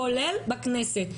כולל בכנסת,